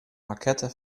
maquette